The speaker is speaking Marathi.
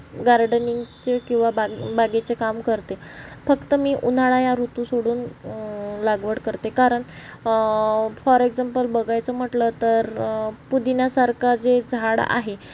गार्डनिंगचे किंवा बा बागेचे काम करते फक्त मी उन्हाळा या ऋतू सोडून लागवड करते कारण फॉर एक्झाम्पल बघायचं म्हटलं तर पुदिन्यासारखं जे झाड आहे